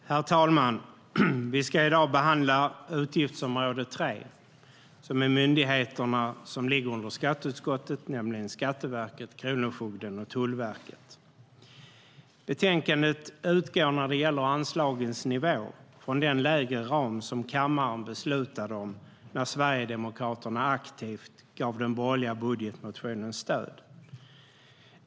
Herr talman! Vi ska i dag behandla utgiftsområde 3, vilket är myndigheterna som ligger under skatteutskottet, nämligen Skatteverket, Kronofogden och Tullverket.Betänkandet utgår när det gäller anslagens nivå från den lägre ram som kammaren beslutade om när Sverigedemokraterna aktivt gav den borgerliga budgetmotionen sitt stöd.